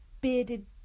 bearded